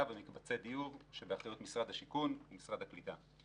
ובמקבצי דיור שבאחריות משרד השיכון ומשרד הקליטה.